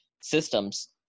systems